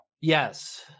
Yes